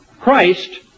Christ